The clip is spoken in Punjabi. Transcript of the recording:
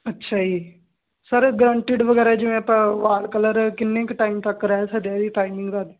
ਅੱਛਾ ਜੀ ਸਰ ਗਰਾਂਟਿਡ ਵਗੈਰਾ ਜਿਵੇਂ ਆਪਾਂ ਵਾਲ ਕਲਰ ਕਿੰਨੇ ਕ ਟਾਈਮ ਤੱਕ ਰਹਿ ਸਕਦੇ ਇਹਦੀ ਟਾਈਮਿੰਗ ਦੱਸ